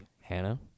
Hannah